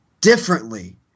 differently